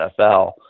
NFL